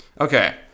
Okay